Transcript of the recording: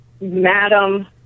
Madam